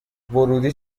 ورودی